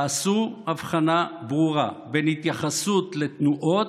תעשו הבחנה ברורה בין התייחסות לתנועות,